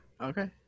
Okay